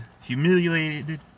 humiliated